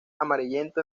amarillento